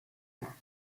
points